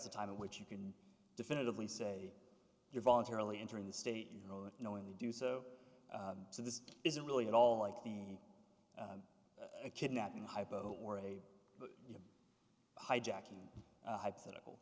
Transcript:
the time in which you can definitively say you're voluntarily entering the state you know when they do so so this isn't really at all like the a kidnapping hypo or a hijacking hypothetical